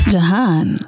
Jahan